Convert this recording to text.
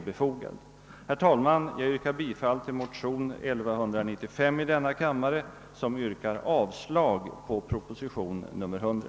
Herr talman! Jag yrkar bifall till motion nr 1195 i denna kammare, vari hemställes om avslag på proposition nr 100.